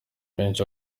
benshi